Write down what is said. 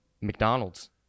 McDonald's